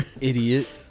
idiot